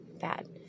bad